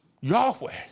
Yahweh